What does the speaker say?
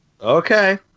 Okay